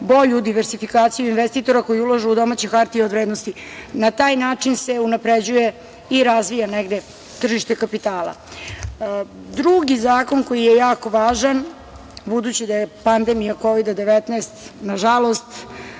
bolju diversifikaciju investitora koji ulažu u domaće hartije od vrednosti. Na taj način se unapređuje i razvija negde tržište kapitala. Drugi zakon koji je jako važan, budući da je pandemija Kovida - 19, nažalost,